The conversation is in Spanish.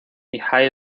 high